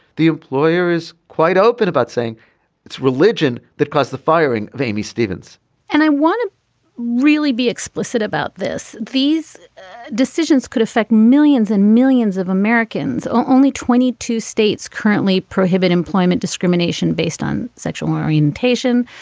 the employer is quite open about saying it's religion that caused the firing of amy stevens and i want to really be explicit about this these decisions could affect millions and millions of americans. only twenty two states currently prohibit employment discrimination based on sexual orientation.